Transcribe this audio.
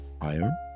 iron